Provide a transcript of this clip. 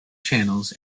channels